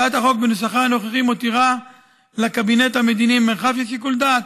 הצעת החוק בנוסחה הנוכחי מותירה לקבינט המדיני מרחב של שיקול דעת: